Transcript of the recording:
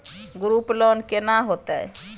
Group loan केना होतै?